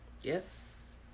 Yes